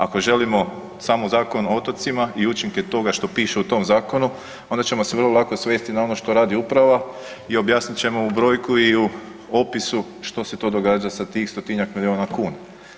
Ako želimo samo Zakon o otocima i učinke toga što piše u tom zakonu onda ćemo se vrlo lako svesti na ono što radi uprava i objasnit ćemo u brojku i u opisu što se to događa sa tih 100-tinjak milijuna kuna.